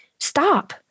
stop